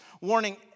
warning